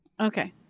Okay